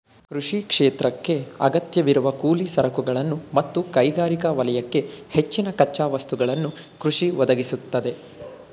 ಕೃಷಿ ಕ್ಷೇತ್ರಕ್ಕೇ ಅಗತ್ಯವಿರುವ ಕೂಲಿ ಸರಕುಗಳನ್ನು ಮತ್ತು ಕೈಗಾರಿಕಾ ವಲಯಕ್ಕೆ ಹೆಚ್ಚಿನ ಕಚ್ಚಾ ವಸ್ತುಗಳನ್ನು ಕೃಷಿ ಒದಗಿಸ್ತದೆ